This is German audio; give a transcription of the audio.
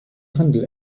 handel